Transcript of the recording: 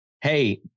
Hey